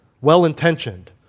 Well-intentioned